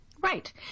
Right